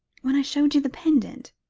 when i showed you the pendant?